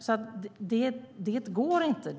Det går inte att förbjuda.